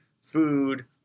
food